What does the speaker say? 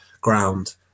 ground